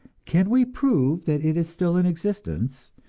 can we prove that it is still in existence,